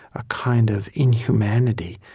a kind of inhumanity,